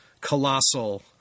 colossal